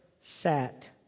sat